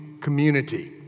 community